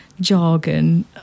jargon